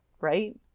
right